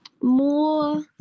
more